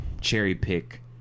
cherry-pick